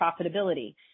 profitability